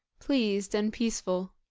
pleased and peaceful.